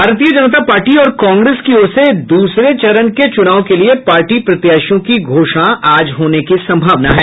भारतीय जनता पार्टी और कांग्रेस की ओर से दूसरे चरण के चुनाव के लिये पार्टी प्रत्याशियों की घोषणा आज होने की संभावना है